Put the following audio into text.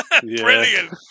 Brilliant